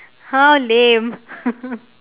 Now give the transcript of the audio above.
!huh! lame